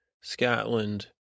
Scotland